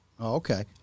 okay